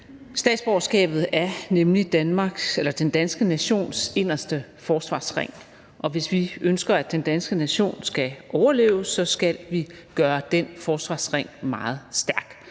Statsborgerskabet er nemlig den danske nations inderste forsvarsring, og hvis vi ønsker, at den danske nation skal overleve, skal vi gøre den forsvarsring meget stærk.